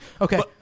Okay